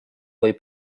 kui